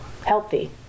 healthy